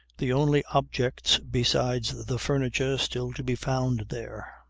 the only objects besides the furniture still to be found there,